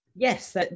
Yes